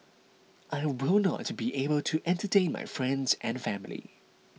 I will not be able to entertain my friends and family